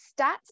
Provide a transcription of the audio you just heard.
stats